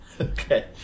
Okay